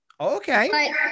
Okay